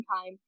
time